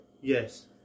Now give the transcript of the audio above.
Yes